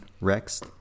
rex